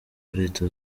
leta